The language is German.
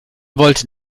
wollte